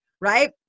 right